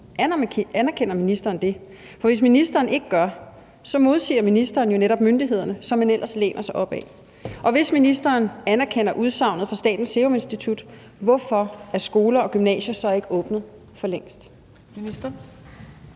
Anerkender ministeren det? For hvis ministeren ikke gør, modsiger ministeren jo netop myndighederne, som han ellers læner sig op ad. Og hvis ministeren anerkender udsagnet fra Statens Serum Institut, hvorfor er skoler og gymnasier så ikke åbnet for længst? Kl.